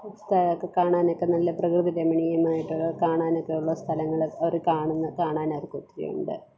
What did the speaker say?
സ്ഥലമൊക്കെ കാണാനൊക്കെ നല്ല പ്രകൃതി രമണീയമായിട്ടൊക്കെ കാണാനൊക്കെയുള്ള സ്ഥലങ്ങൾ അവർ കാണുന്നു കാണാൻ അവർക്ക് ഒത്തിരിയുണ്ട്